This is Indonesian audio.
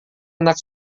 anak